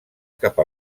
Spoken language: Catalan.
cap